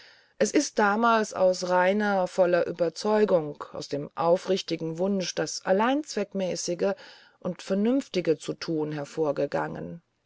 es ist damals aus reiner voller ueberzeugung aus dem aufrichtigen wunsch das allein zweckmäßige und vernünftige zu thun hervorgegangen